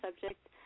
subject